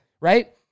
right